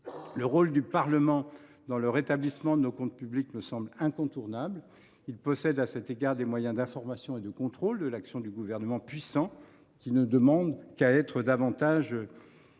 Le rôle du Parlement dans le rétablissement de nos comptes publics me semble incontournable. Il possède à cet égard de puissants moyens d’information et de contrôle de l’action du Gouvernement, qui ne demandent qu’à être davantage utilisés.